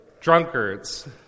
drunkards